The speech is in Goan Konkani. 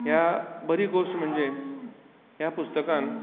ह्या बरी गोश्ट म्हणजे ह्या पुस्तकांत